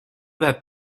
that